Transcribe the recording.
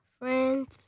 friends